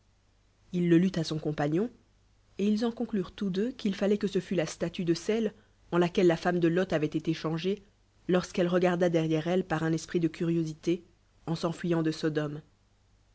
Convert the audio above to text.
il le lut son compagnon et ils en conclurent tous deux qu'il falloit que ce füt la statue de seled laquelle la femme d loth avoit été c angée lorsqu'elle regarda derrière'ene par ud esprit de curiosité en s'enfuyant de sodome